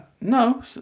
No